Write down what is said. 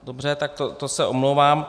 Dobře, tak to se omlouvám.